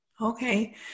Okay